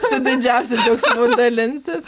su didžiausiu džiausgsmu dalinsis